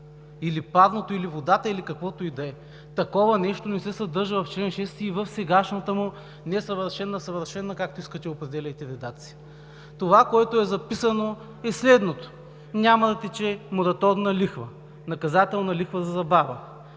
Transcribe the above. или парното, или водата, или каквото и да е. Такова нещо не се съдържа в чл. 6 и в сегашната му несъвършена или съвършена, както искате, определяйте редакцията. Това, което е записано, е следното – няма да тече мораторна лихва, наказателна лихва за забава,